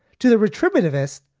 to the retributive us,